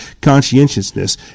conscientiousness